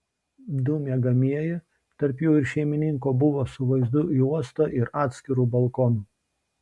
du miegamieji tarp jų ir šeimininko buvo su vaizdu į uostą ir atskiru balkonu